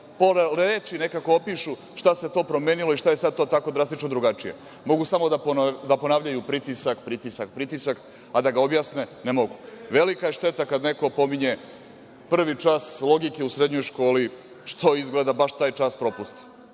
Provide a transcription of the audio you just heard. u pola reči nekako da opišu šta se to promenilo i šta je sada drastično drugačije. Mogu samo da ponavljaju – pritisak, pritisak, pritisak, a da ga objasne ne mogu. Velika je šteta kada neko pominje prvi čas logike u srednjoj školi, što je izgleda baš taj čas propustio.